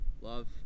Love